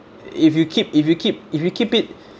if you keep if you keep if you keep it